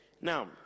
Now